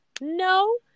no